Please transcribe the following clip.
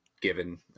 given